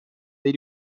they